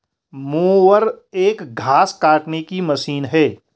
mower एक घास काटने की मशीन है